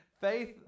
Faith